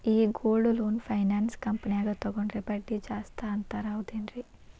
ಈ gold loan finance ಕಂಪನ್ಯಾಗ ತಗೊಂಡ್ರೆ ಬಡ್ಡಿ ಜಾಸ್ತಿ ಅಂತಾರ ಹೌದೇನ್ರಿ?